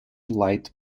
light